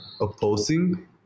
opposing